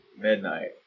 midnight